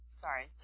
Sorry